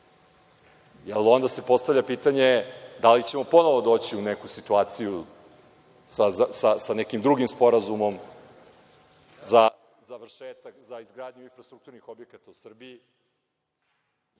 nemoguća. Postavlja se pitanje – da li ćemo ponovo doći u neku situaciju sa nekim drugim sporazumom za završetak, za izgradnju infrastrukturnih objekata u Srbiji?